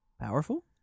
Powerful